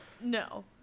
No